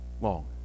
long